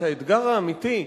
את האתגר האמיתי,